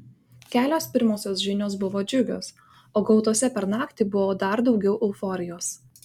kelios pirmosios žinios buvo džiugios o gautose per naktį buvo dar daugiau euforijos